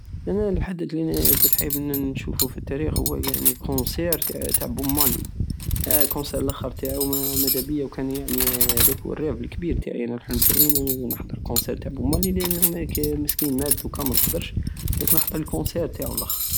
انا الحدت الي كنت حايب نشوفو في التاريخ هو يعني الكونسار تع بوب مارلي الكونسار اللخر تاعو انا مدابية وكان يعني- هداك هو الراق لكبير تاعي انا الحلم تاعي انو نحضر الكونسار تع بوب مارلي لانو ما- مسكين مات ودوكا منقدرش درك نحضر الكونسار تاعو لخر